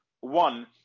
One